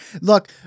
Look